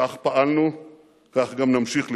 כך פעלנו וכך גם נמשיך לפעול.